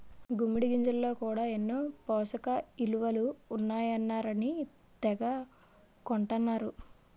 గుమ్మిడి గింజల్లో కూడా ఎన్నో పోసకయిలువలు ఉంటాయన్నారని తెగ కొంటన్నరు